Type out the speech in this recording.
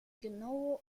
genaue